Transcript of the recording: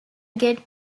get